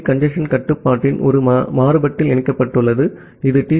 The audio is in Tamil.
பி கஞ்சேஸ்ன் கட்டுப்பாட்டின் ஒரு மாறுபாட்டில் இணைக்கப்பட்டுள்ளது இது டி